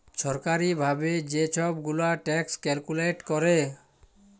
ছরকারি ভাবে যে ছব গুলা ট্যাক্স ক্যালকুলেট ক্যরে